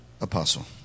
apostle